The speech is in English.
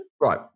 Right